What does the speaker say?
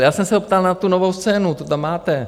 Já jsem se ho ptal na tu novou scénu, to tam máte.